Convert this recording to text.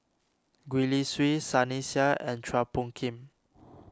Gwee Li Sui Sunny Sia and Chua Phung Kim